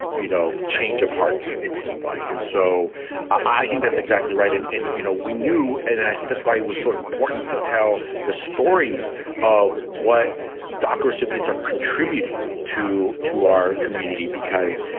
you know, change of heart. it seems like. and so i think that's exactly right. and, and you know, we knew it. and i think that's why it was so sort of important to tell the stories of what doc recipients are contributing to to our community, because,